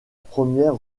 première